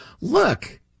look